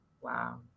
Wow